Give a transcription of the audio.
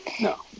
No